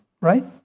right